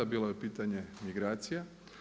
Bilo je pitanje migracija.